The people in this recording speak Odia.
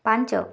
ପାଞ୍ଚ